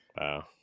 Wow